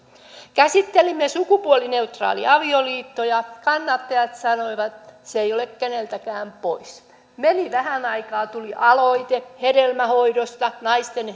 käsittelimme sukupuolineutraaleja avioliittoja kannattajat sanoivat että se ei ole keneltäkään pois meni vähän aikaa tuli aloite hedelmöityshoidoista naisten